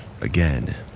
again